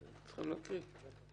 תקריאי את החוק.